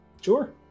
sure